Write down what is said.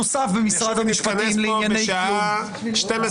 (הישיבה נפסקה בשעה 12:45 ונתחדשה בשעה 13:21.)